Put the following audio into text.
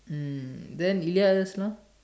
mm then yes lah